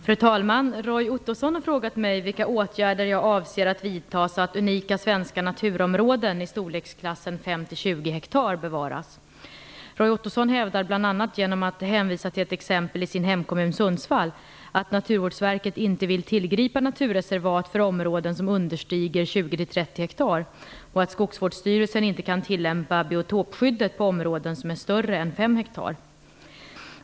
Fru talman! Roy Ottosson har frågat mig vilka åtgärder jag avser att vidta så att unika svenska naturområden i storleksklassen 5-20 hektar bevaras. Roy Ottosson hävdar, bl.a. genom att hänvisa till ett exempel i sin hemkommun Sundsvall, att Naturvårdsverket inte vill tillgripa naturreservat för områden som understiger 20-30 hektar och att skogsvårdsstyrelsen inte kan tillämpa biotopskyddet på områden som är större än 5 hektar.